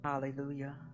Hallelujah